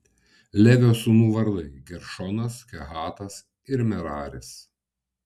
levio sūnų vardai geršonas kehatas ir meraris